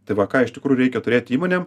tai va ką iš tikrųjų reikia turėti įmonėm